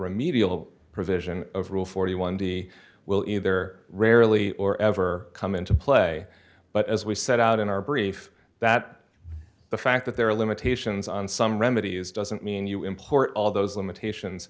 remedial provision of rule forty one dollars d will either rarely or ever come into play but as we set out in our brief that the fact that there are limitations on some remedies doesn't mean you import all those limitations